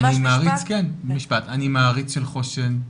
אני מעריץ של חוש"ן,